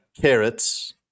carrots